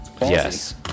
Yes